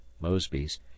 Mosby's